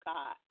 God